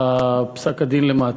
בפסק-הדין למטה.